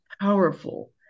powerful